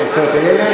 לוועדה לזכויות הילד.